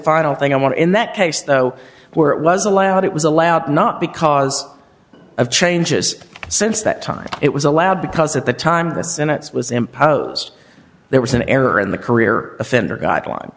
final thing i want in that case though where it was allowed it was allowed not because of changes since that time it was allowed because at the time of the senate's was imposed there was an error in the career offender guideline